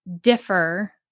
differ